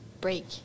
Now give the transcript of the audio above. break